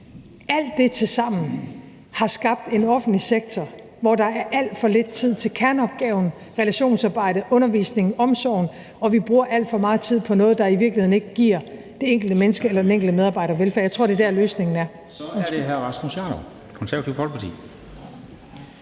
alt det tilsammen, har skabt en offentlig sektor, hvor der er alt for lidt tid til kerneopgaven, relationsarbejdet, undervisningen, omsorgen, og vi bruger alt for meget tid på noget, der i virkeligheden ikke giver det enkelte menneske eller den enkelte medarbejder velfærd, og jeg tror, det er der, løsningen er.